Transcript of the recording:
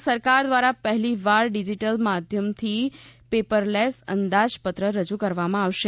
રાજ્ય સરકાર દ્વારા પહેલીવાર ડીઝીટલ માધ્યમથી પેપરલેશ અંદાજ પત્ર રજૂ કરવામાં આવશે